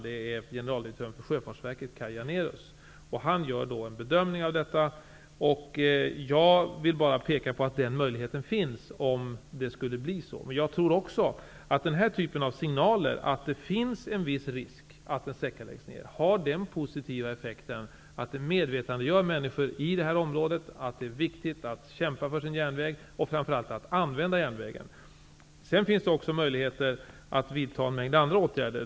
Det är generaldirektören på Sjöfartsverket Kaj Janérus. Han gör då en bedömning. Jag vill bara peka på att denna möjlighet finns om det skulle bli på detta vis. Jag tror att den här typen av signaler om att det finns en viss risk för att en sträcka läggs ner har den positiva effekten att det medvetandegör människor i området: det är viktigt att man kämpar för sin järnväg, och framför allt att man använder järnvägen. Sedan finns det också möjligheter att vidta en mängd andra åtgärder.